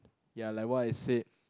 ya like what I said